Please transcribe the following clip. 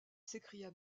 s’écria